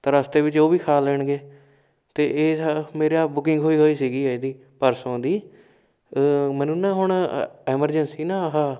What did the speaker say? ਤਾਂ ਰਸਤੇ ਵਿੱਚ ਉਹ ਵੀ ਖਾ ਲੈਣਗੇ ਅਤੇ ਇਸ ਮੇਰਾ ਬੁਕਿੰਗ ਹੋਈ ਹੋਈ ਸੀਗੀ ਇਹਦੀ ਪਰਸੋਂ ਦੀ ਮੈਨੂੰ ਨਾ ਹੁਣ ਐਮਰਜੈਂਸੀ ਨਾ ਆਹਾ